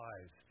lives